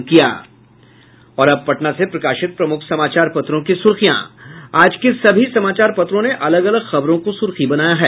और अब पटना से प्रकाशित प्रमुख समाचार पत्रों की सुर्खियां आज के सभी समाचार पत्रों ने अलग अलग खबरों को सुर्खी बनाया है